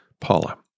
Paula